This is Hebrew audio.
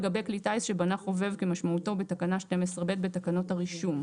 לגבי כלי טיס שבנה חובב כמשמעותו בתקנה 12(ב) בתקנות הרישום,